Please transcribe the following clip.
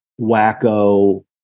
wacko